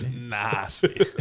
Nasty